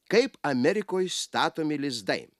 kaip amerikoj statomi lizdai